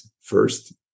first